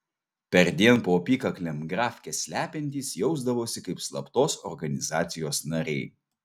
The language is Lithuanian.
perdien po apykaklėm grafkes slepiantys jausdavosi kaip slaptos organizacijos nariai